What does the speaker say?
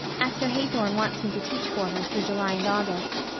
esther haythorne wants me to teach for her through july and august.